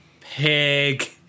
pig